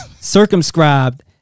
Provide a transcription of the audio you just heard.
circumscribed